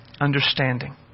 understanding